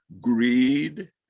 greed